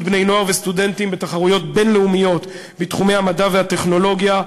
בני-נוער וסטודנטים בתחרויות בין-לאומיות בתחומי המדע והטכנולוגיה.